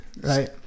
Right